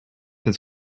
his